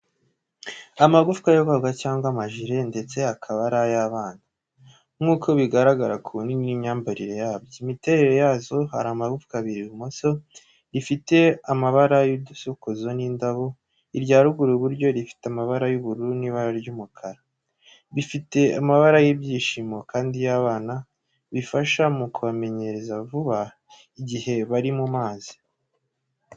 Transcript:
Amagufwa yo koga cyangwa amajire ndetse akaba ari ay’abana, nk’uko bigaragara ku bunini n’imyambarire yabyo. Imiterere yazo hari amagufwa abiri ibumoso rifite amabara y’udusokozo n’indabo irya ruguru iburyo rifite amabara y’ubururu n'ibara ry'umukara. Bifite amabara y’ibyishimo kandi y’abana bifasha mu kubamenyera vuba igihe bari mu mazi.